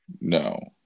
No